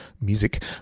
Music